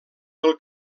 pel